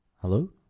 Hello